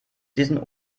diesen